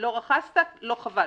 לא רכסת לא חבשת.